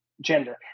gender